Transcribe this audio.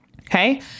okay